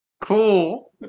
Cool